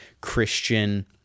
Christian